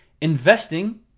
investing